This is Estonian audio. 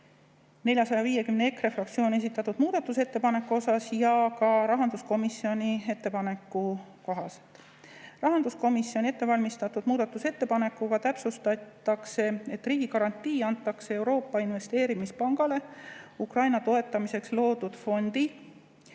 EKRE fraktsiooni esitatud 450 muudatusettepaneku ja ka rahanduskomisjoni ettepaneku kohta. Rahanduskomisjoni ettevalmistatud muudatusettepanekuga täpsustatakse, et riigigarantii antakse Euroopa Investeerimispangale Ukraina toetamiseks loodud fondi